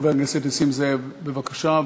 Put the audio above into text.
חבר הכנסת נסים זאב, בבקשה.